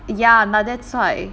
ya now that's why